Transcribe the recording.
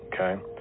Okay